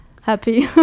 happy